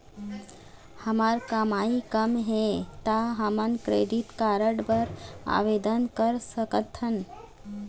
हमर कमाई कम हे ता हमन क्रेडिट कारड बर आवेदन कर सकथन?